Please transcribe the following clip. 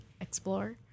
explore